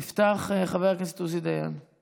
מס' 2240, 2252